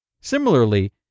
Similarly